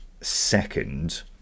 second